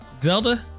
Zelda